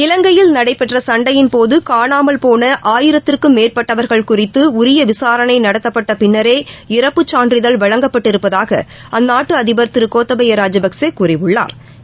இலங்கையில் நடைபெற்றசன்டையின்போதுகாணாமல் போனஆயிரத்திற்கும் மேற்பட்டவர்கள் குறித்தஉரியவிசாரணைநடத்தப்பட்ட பின்னரே இறப்புச் சான்றிதழ் வழங்கப்பட்டிருப்பதாகஅந்நாட்டுஅதிபர் திருகோத்தபையாராஜபக்ஷே கூறியுள்ளாா்